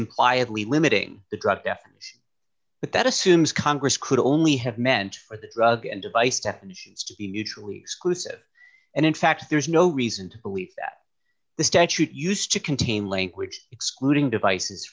plea limiting the drug death but that assumes congress could only have meant for the drug and device definitions to be mutually exclusive and in fact there is no reason to believe that the statute used to contain language excluding devices